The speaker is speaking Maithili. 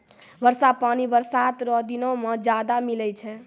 वर्षा पानी बरसात रो दिनो मे ज्यादा मिलै छै